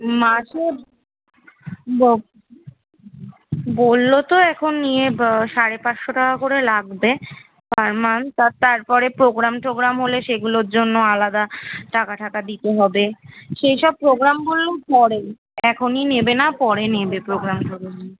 মাসে ব বললো তো এখন নিয়ে সাড়ে পাঁচশো টাকা করে লাগবে পার মান্থ আর তারপরে প্রোগ্রাম টোগ্রাম হলে সেগুলোর জন্য আলাদা টাকা ঠাকা দিতে হবে সেই সব প্রোগ্রামগুলো পরে এখনই নেবে না পরে নেবে প্রোগ্রাম টোগ্রামে